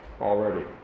already